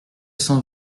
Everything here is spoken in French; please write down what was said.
cent